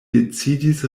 decidis